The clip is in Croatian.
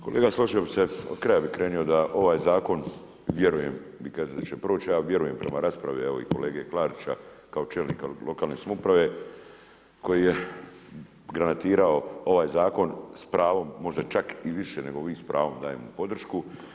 Kolega složio bih se, od kraja bih krenuo da ovaj zakon, vjerujem vi kažete da će proći ja vjerujem prema raspravi evo i kolege Klarića kao čelnika lokalne samouprave, koji je granatirao ovaj zakon s pravom možda čak i više nego vi s pravom daje mu podršku.